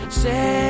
say